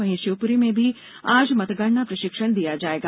वहीं शिवपुरी में भी आज मतगणना प्रशिक्षण दिया जाएगा